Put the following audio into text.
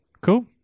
cool